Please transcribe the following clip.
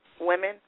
women